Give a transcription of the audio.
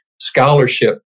scholarship